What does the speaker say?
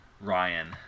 Ryan